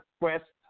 request